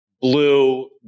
blue